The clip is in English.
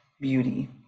beauty